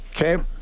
Okay